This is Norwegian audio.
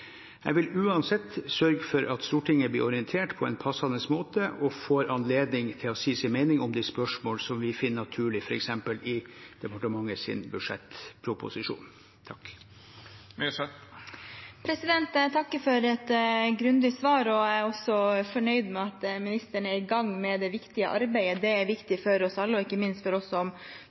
Jeg vil uansett sørge for at Stortinget blir orientert på en passende måte og får anledning til å si sin mening om de spørsmålene vi finner naturlig, f.eks. i departementets budsjettproposisjon. Jeg takker for et grundig svar. Jeg er også fornøyd med at ministeren er i gang med det viktige arbeidet. Det er viktig for oss alle, ikke minst for oss